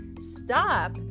Stop